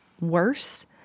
worse